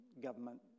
government